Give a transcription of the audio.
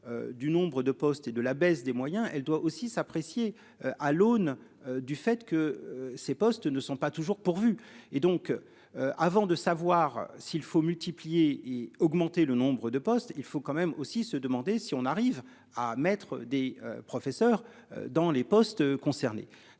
Du nombre de postes et de la baisse des moyens, elle doit aussi s'apprécier à l'aune du fait que ces postes ne sont pas toujours pourvu et donc. Avant de savoir s'il faut multiplier et augmenter le nombre de postes, il faut quand même aussi se demander si on arrive à mettre des professeurs dans les postes concernés.